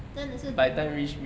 真的是